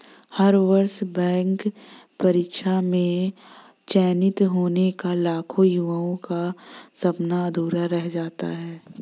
हर वर्ष बैंक परीक्षा में चयनित होने का लाखों युवाओं का सपना अधूरा रह जाता है